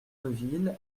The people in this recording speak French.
deville